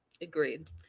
agreed